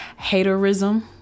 Haterism